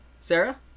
Sarah